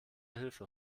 hilfe